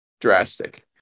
drastic